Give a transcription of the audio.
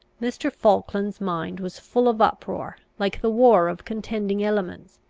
mr. falkland's mind was full of uproar like the war of contending elements,